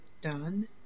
done